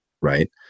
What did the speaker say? right